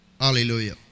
Hallelujah